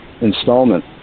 installment